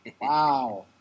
Wow